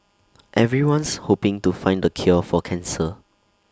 everyone's hoping to find the cure for cancer